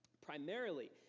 Primarily